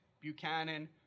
Buchanan